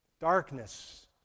Darkness